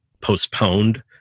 postponed